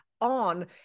on